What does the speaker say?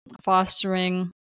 fostering